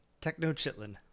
Techno-chitlin